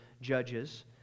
judges